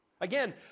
Again